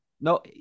No